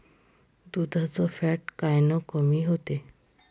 दुधाचं फॅट कायनं कमी होते?